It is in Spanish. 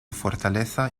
fortaleza